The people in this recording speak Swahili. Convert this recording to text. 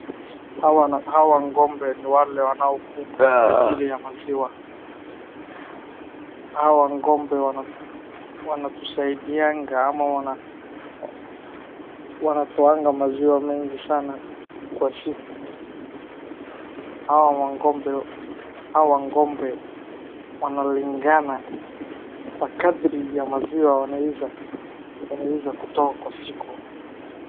Hawa, hawa ng'ombe ni wale wanaofugwa kwa ajili ya maziwa. Hawa ng'ombe wanatusaidiangaa ama, wanatoanga maziwa mengi sana kwa siku. Hawa ng'ombe, hawa ng'ombe wanalingana kwa kadri ya maziwa wanaeza, wanaeza kutoa kwa siku.